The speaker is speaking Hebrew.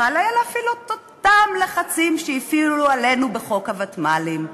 יכול היה להפעיל את אותם לחצים שהפעילו עלינו בחוק הוותמ"לים.